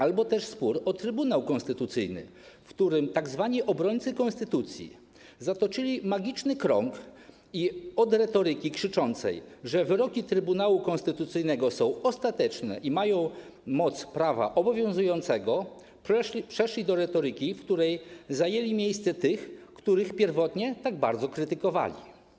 Albo też spór o Trybunał Konstytucyjny, w którym tzw. obrońcy konstytucji zatoczyli magiczny krąg i od krzyczącej retoryki, że wyroki Trybunału Konstytucyjnego są ostateczne i mają moc prawa obowiązującego, przeszli do retoryki, w której zajęli miejsce tych, których pierwotnie tak bardzo krytykowali.